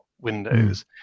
windows